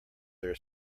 their